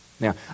Now